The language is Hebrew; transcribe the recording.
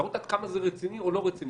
להראות עד כמה זה רציני או לא רציני,